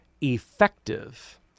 effective